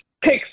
pick